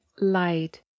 light